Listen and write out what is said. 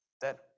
dead